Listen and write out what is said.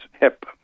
hip